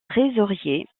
trésorier